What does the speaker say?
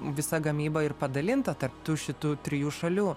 visa gamyba ir padalinta tarp tų šitų trijų šalių